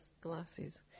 glasses